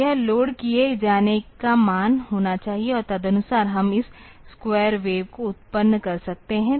तो यह लोड किए जाने का मान होना चाहिए और तदनुसार हम इस स्क्वायर वेव को उत्पन्न कर सकते हैं